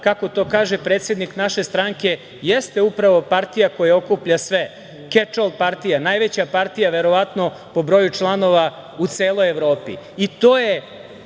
kako to kaže predsednik naše stranke, jeste upravo partija koja okuplja sve, „keč-ov“ partija, najveća partija verovatno po broju članova u celoj Evropi. To